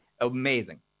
amazing